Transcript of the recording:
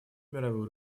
мировую